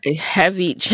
Heavy